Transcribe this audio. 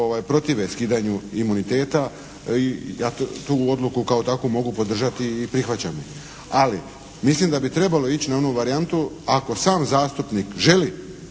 protive skidanju imuniteta i ja tu odluku kao takvu mogu podržati i prihvaćam ih. Ali, mislim da bi trebalo ići na onu varijantu, ako sam zastupnik želi